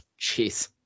jeez